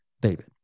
David